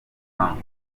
trump